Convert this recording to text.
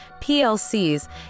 PLCs